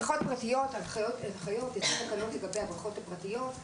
בריכות פרטיות יש תקנות לגבי בריכות פרטיות.